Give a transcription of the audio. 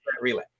relay